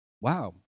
wow